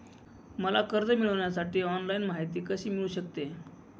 मला कर्ज मिळविण्यासाठी ऑनलाइन माहिती कशी मिळू शकते?